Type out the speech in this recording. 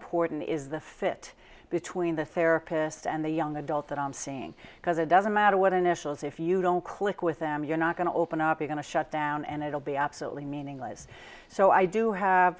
important is the fit between the therapist and the young adult that i'm seeing because it doesn't matter what initials if you don't click with them you're not going to open up you going to shut down and it will be absolutely meaningless so i do have